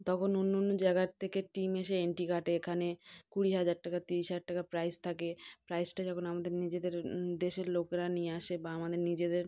তকন অন্য অন্য জায়গার থেকে টিম এসে এন্ট্রি কাটে এখানে কুড়ি হাজার টাকা তিরিশ হাজার টাকা প্রাইজ থাকে প্রাইসটা যখন আমাদের নিজেদের দেশের লোকেরা নিয়ে আসে বা আমাদের নিজেদের